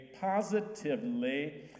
positively